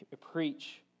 Preach